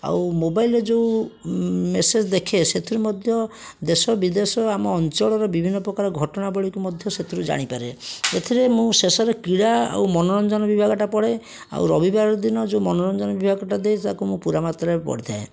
ଆଉ ମୋବାଇଲରେ ଯେଉଁ ମେସେଜ ଦେଖେ ସେଥିରୁ ମଧ୍ୟ ଦେଶ ବିଦେଶ ଆମ ଅଞ୍ଚଳର ବିଭିନ୍ନ ପ୍ରକାର ଘଟଣାବଳୀକୁ ମଧ୍ୟ ସେଥିରୁ ଜାଣିପାରେ ଏଥିରେ ମୁଁ ଶେଷରେ କ୍ରିଡ଼ା ଆଉ ମନୋରଞ୍ଜନ ବିଭାଗଟା ପଢ଼େ ଆଉ ରବିବାର ଦିନ ଯେଉଁ ମନୋରଞ୍ଜନ ବିଭାଗଟା ଦିଏ ତାକୁ ମୁଁ ପୁରା ମାତ୍ରାରେ ପଢ଼ିଥାଏ